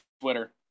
Twitter